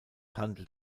handelt